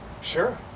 Sure